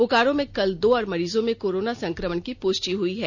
बोकारो में कल दो और मरीजों में कोरोना संक्रमण की पुष्टि हुई है